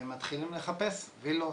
מתחילים לחפש ווילות,